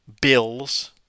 bills